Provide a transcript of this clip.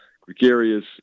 gregarious